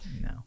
no